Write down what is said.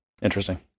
interesting